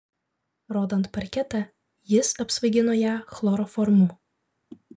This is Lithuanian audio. rodant parketą jis apsvaigino ją chloroformu